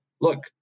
Look